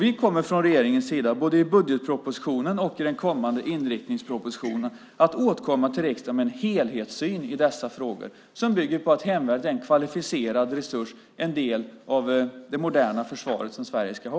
Vi kommer från regeringens sida både i budgetpropositionen och i den kommande inriktningspropositionen att återkomma till riksdagen med en helhetssyn i dessa frågor som bygger på att hemvärnet är en kvalificerad resurs och en del av det moderna försvar som Sverige ska ha.